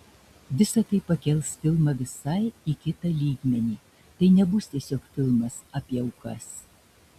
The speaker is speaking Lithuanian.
visa tai pakels filmą visai į kitą lygmenį tai nebus tiesiog filmas apie aukas